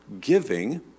giving